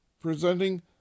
presenting